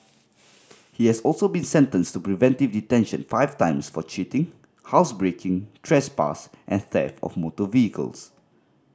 he has also been sentenced to preventive detention five times for cheating housebreaking trespass and theft of motor vehicles